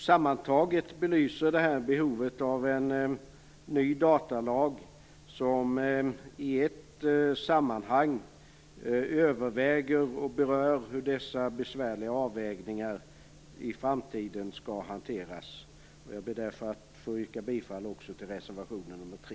Sammantaget belyser detta behovet av en ny datalag där i ett sammanhang övervägs hur dessa besvärliga avvägningar i framtiden skall hanteras. Jag ber att få yrka bifall till reservation 3.